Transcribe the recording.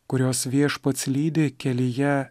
kuriuos viešpats lydi kelyje